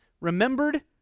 remembered